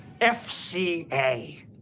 FCA